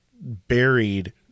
buried